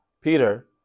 Peter